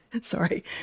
sorry